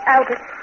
Albert